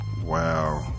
Wow